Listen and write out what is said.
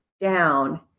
down